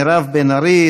מירב בן ארי,